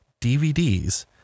DVDs